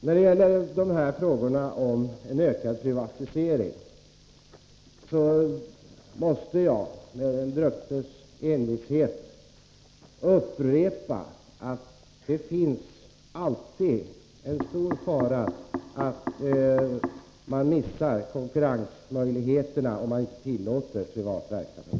Beträffande frågan om en ökad privatisering måste jag med den drucknes envishet upprepa att det alltid ligger en stor fara i att missa konkurrensmöjligheterna om man inte tillåter privat verksamhet.